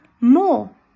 more